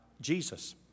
Jesus